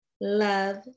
love